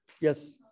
Yes